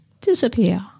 disappear